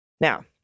Now